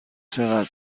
چقدر